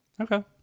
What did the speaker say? okay